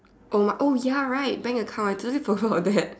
oh my oh ya right bank account I totally forget about that